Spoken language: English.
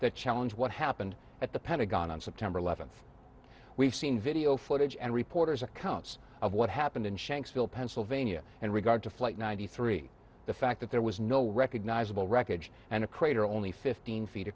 that challenge what happened at the pentagon on september eleventh we've seen video footage and reporters accounts of what happened in shanksville pennsylvania and regard to flight ninety three the fact that there was no recognizable wreckage and a crater only fifteen feet